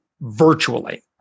virtually